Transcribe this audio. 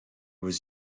was